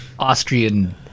Austrian